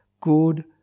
good